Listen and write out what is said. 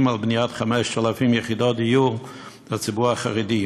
על בניית 5,000 יחידות דיור לציבור החרדי.